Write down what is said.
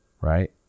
Right